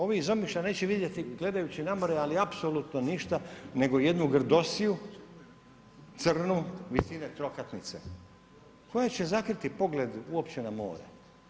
Ovi iz Omišlja neće vidjeti gledajući na more, ali apsolutno ništa nego jednu grdosiju, crnu, visine trokatnice koja će zakriti pogled uopće na more.